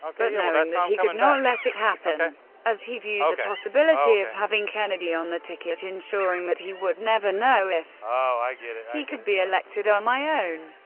but knowing that he could not let it happen as he viewed the possibility of having kennedy on the ticket ensuring that he would never know if he could be elected on my own.